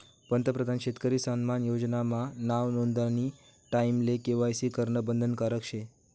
पंतप्रधान शेतकरी सन्मान योजना मा नाव नोंदानी टाईमले के.वाय.सी करनं बंधनकारक शे